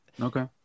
okay